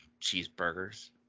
Cheeseburgers